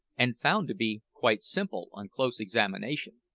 and found to be quite simple, on close examination.